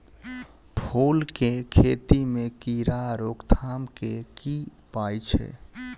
फूल केँ खेती मे कीड़ा रोकथाम केँ की उपाय छै?